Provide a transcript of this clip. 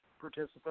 participants